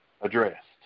addressed